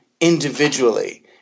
individually